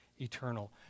eternal